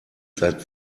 seit